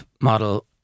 model